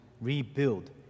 rebuild